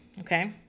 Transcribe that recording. okay